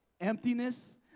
emptiness